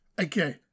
Okay